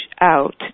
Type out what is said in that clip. out